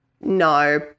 No